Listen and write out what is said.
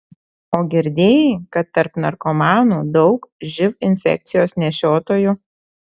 o girdėjai kad tarp narkomanų daug živ infekcijos nešiotojų